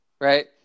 right